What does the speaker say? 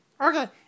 Okay